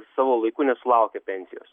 savo laiku nesulaukė pensijos